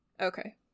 okay